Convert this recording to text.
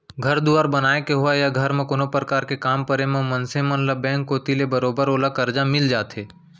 घर दुवार बनाय के होवय या घर म कोनो परकार के काम परे म मनसे मन ल बेंक कोती ले बरोबर ओला करजा मिल जाथे